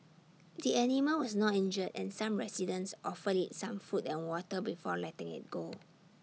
the animal was not injured and some residents offered IT some food and water before letting IT go